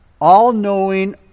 all-knowing